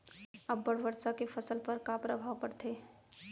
अब्बड़ वर्षा के फसल पर का प्रभाव परथे?